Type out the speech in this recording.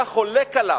היה חולק עליו,